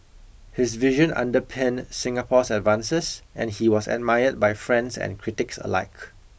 his vision underpinned Singapore's advances and he was admired by friends and critics alike